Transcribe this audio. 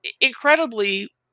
incredibly